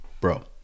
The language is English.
Bro